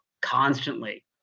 constantly